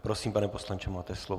Prosím, pane poslanče, máte slovo.